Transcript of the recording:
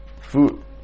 food